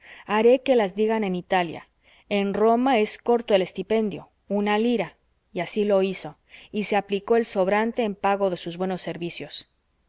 haré que las digan en italia en roma es corto el estipendio una lira y así lo hizo y se aplicó el sobrante en pago de sus buenos servicios